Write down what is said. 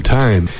time